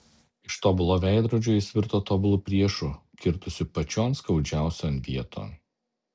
iš tobulo veidrodžio jis virto tobulu priešu kirtusiu pačion skaudžiausion vieton